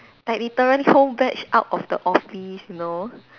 like literally whole batch out of the office you know